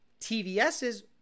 TVS's